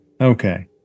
Okay